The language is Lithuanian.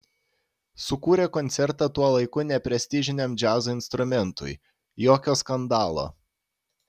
sukūrė koncertą tuo laiku neprestižiniam džiazo instrumentui jokio skandalo